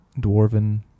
dwarven